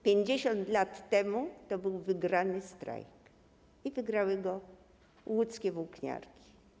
50 lat temu to był wygrany strajk i wygrały go łódzkie włókniarki.